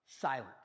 silent